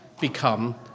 become